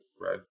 right